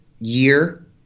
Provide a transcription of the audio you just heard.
year